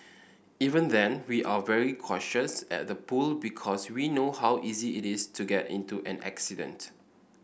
even then we're very cautious at the pool because we know how easy it is to get into an accident